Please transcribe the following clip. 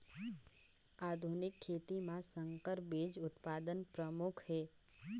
आधुनिक खेती म संकर बीज उत्पादन प्रमुख हे